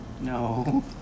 No